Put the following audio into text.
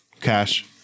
Cash